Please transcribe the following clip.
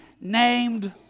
named